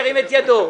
ירים את ידו.